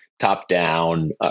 top-down